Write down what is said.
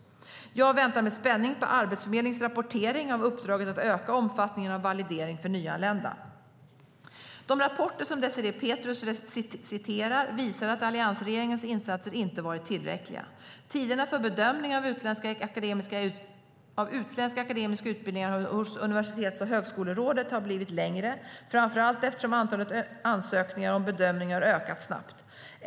Jag väntar med spänning på Arbetsförmedlingens rapportering av uppdraget att öka omfattningen av validering för nyanlända. De rapporter som Désirée Pethrus citerar visar att alliansregeringens insatser inte varit tillräckliga. Tiderna för bedömning av utländska akademiska utbildningar hos Universitets och högskolerådet har blivit längre, framför allt eftersom antalet ansökningar om bedömning har ökat snabbt.